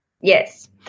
Yes